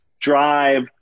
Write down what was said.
drive